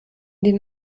den